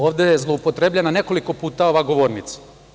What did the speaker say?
Ovde je zloupotrebljena nekoliko puta ova govornica.